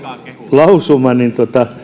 lausuma